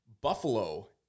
Buffalo